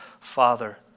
Father